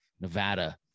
Nevada